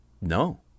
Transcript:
No